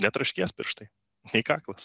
netraškės pirštai nei kaklas